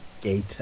gate